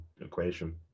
equation